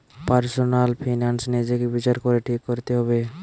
personal finance নিজেকে বিচার করে ঠিক কোরতে হবে